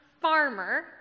farmer